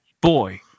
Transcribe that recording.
boy